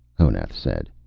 honath said.